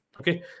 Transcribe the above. Okay